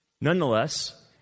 Nonetheless